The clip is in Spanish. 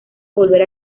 volver